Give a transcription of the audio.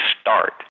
start